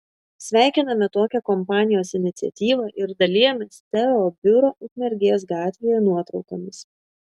sveikiname tokią kompanijos iniciatyvą ir dalijamės teo biuro ukmergės gatvėje nuotraukomis